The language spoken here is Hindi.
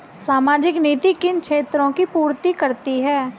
सामाजिक नीति किन क्षेत्रों की पूर्ति करती है?